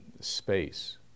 space